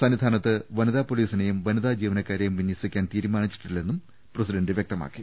സന്നിധാനത്ത് വനിതാ പൊലീസിനെയും വനിതാ ജീവനക്കാരെയും വിന്യസിക്കാൻ തീരുമാനിച്ചിട്ടില്ലെന്നും പ്രസിഡന്റ് വ്യക്തമാക്കി